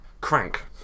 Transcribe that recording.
Crank